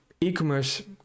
e-commerce